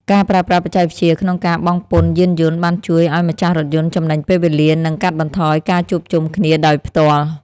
ការប្រើប្រាស់បច្ចេកវិទ្យាក្នុងការបង់ពន្ធយានយន្តបានជួយឱ្យម្ចាស់រថយន្តចំណេញពេលវេលានិងកាត់បន្ថយការជួបជុំគ្នាដោយផ្ទាល់។